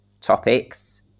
topics